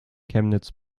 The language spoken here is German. chemnitz